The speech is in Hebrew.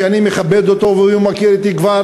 שאני מכבד אותו והוא מכיר אותי כבר